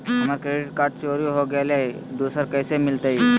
हमर credit card चोरी हो गेलय हई, दुसर कैसे मिलतई?